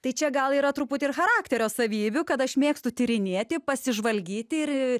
tai čia gal yra truputį ir charakterio savybių kad aš mėgstu tyrinėti pasižvalgyti ir